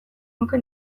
nuke